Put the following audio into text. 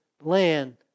land